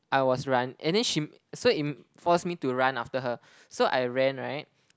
I was run and then she m~ force me to run after her so I ran right